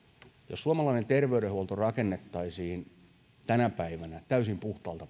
jos suomalainen terveydenhuolto rakennettaisiin tänä päivänä täysin puhtaalta